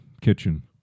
kitchen